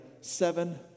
seven